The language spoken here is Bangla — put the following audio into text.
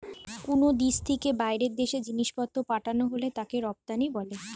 কুনো দেশ থিকে বাইরের দেশে জিনিসপত্র পাঠানা হলে তাকে রপ্তানি বলে